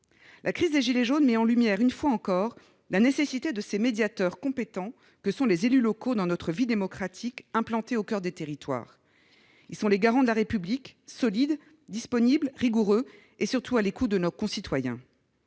La crise des « gilets jaunes » met en lumière, une fois encore, la nécessité de ces médiateurs compétents que sont les élus locaux dans notre vie démocratique, implantés au coeur des territoires. Ils sont les garants de la République, solides, disponibles, rigoureux et, surtout, à l'écoute de leurs concitoyens.